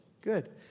Good